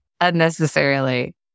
unnecessarily